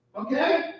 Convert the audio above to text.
Okay